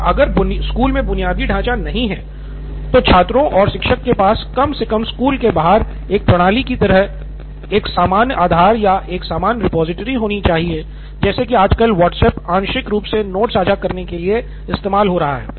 और अगर स्कूल में बुनियादी ढाँचा नहीं है तो छात्रों और शिक्षक के पास कम से कम स्कूल के बाहर एक प्रणाली की तरह एक सामान्य आधार या एक सामान्य रिपॉजिटरी होनी चाहिए जैसे कि आजकल व्हाट्सएप आंशिक रूप से नोट्स साझा करने के लिए इस्तेमाल हो रहा है